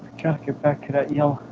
get back to that yellow,